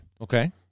Okay